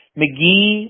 McGee